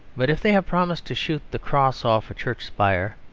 but if they have promised to shoot the cross off a church spire,